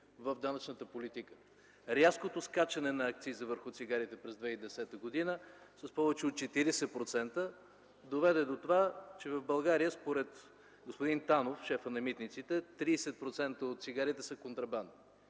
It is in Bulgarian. в данъчната политика. Рязкото скачане на акциза върху цигарите през 2010 г. с повече от 40% доведе до това, че в България според господин Танов, шефът на митниците, 30% от цигарите са контрабанда.